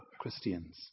Christians